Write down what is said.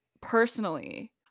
personally